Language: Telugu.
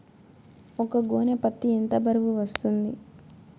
ఒక గోనె పత్తి ఎంత బరువు వస్తుంది?